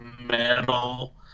metal